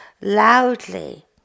loudly